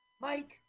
Mike